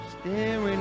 staring